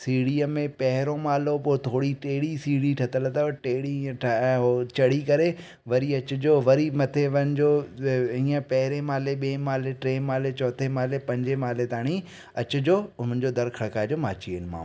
सीढ़ीअ में पहिरियों माड़ो पोइ थोरी टेड़ी सीढ़ी ठहियलु अथव टेड़ी ईअं ठहे उहो चढ़ी करे वरी अचजो वरी मथे वञजो व ईअं पहिरे माले ॿे माड़े टे माड़े चौथे माड़े पंजे माड़े ताणी अचिजो ऐं मुंहिंजो दरि खड़काइजो मां अची वेंदोमांव